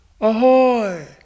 Ahoy